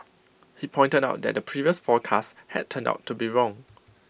he pointed out that previous forecasts had turned out to be wrong